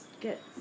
get